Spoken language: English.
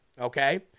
Okay